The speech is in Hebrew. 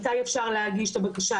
מתי אפשר להגיש את הבקשה,